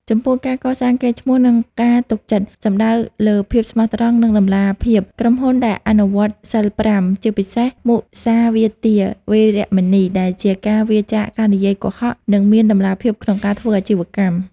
ចំពោះ ការកសាងកេរ្តិ៍ឈ្មោះ និងការទុកចិត្ត សំដៅលើ ភាពស្មោះត្រង់ និងតម្លាភាព: ក្រុមហ៊ុនដែលអនុវត្តសីល៥ ជាពិសេស មុសាវាទា វេរមណី ដែលជាការវៀរចាកការនិយាយកុហក នឹងមានតម្លាភាពក្នុងការធ្វើអាជីវកម្ម។